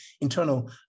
internal